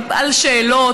על שאלות,